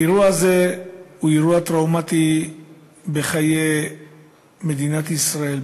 האירוע הזה הוא אירוע טראומטי בחיי מדינת ישראל,